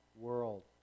world